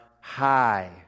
high